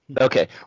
Okay